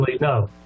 no